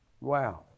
Wow